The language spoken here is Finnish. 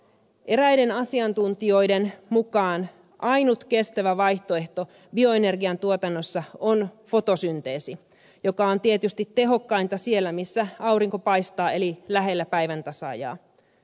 eräiden asiantuntijoiden mukaan ainut kestävä vaihtoehto bioenergian tuotannossa on fotosynteesi joka on tietysti tehokkainta siellä missä aurinko paistaa eli lähellä päiväntasaajaa